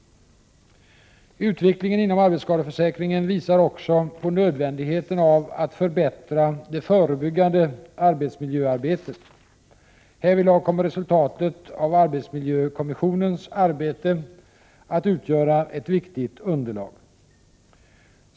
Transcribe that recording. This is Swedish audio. Utvecklingen inom arbetsskadeförsäkringen visar också på nödvändigheten av att förbättra det förebyggande arbetsmiljöarbetet. Härvidlag kommer resultatet av arbetsmiljökommissionens arbete att utgöra ett viktigt underlag.